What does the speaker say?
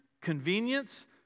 convenience